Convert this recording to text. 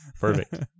Perfect